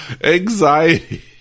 Anxiety